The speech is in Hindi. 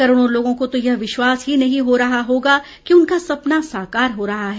करोड़ों लोगों को तो यह विश्वास ही नहीं हो रहा होगा कि उनका सपना साकार हो रहा है